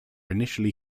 initially